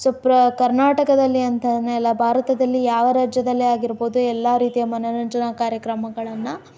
so ಪ್ರ ಕರ್ನಾಟಕದಲ್ಲಿ ಅಂತನೇ ಅಲ್ಲ ಭಾರತದಲ್ಲಿ ಯಾವ ರಾಜ್ಯದಲ್ಲೇ ಆಗಿರಬಹುದು ಎಲ್ಲ ರೀತಿಯ ಮನೋರಂಜನ ಕಾರ್ಯಕ್ರಮಗಳನ್ನು